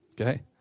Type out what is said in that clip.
Okay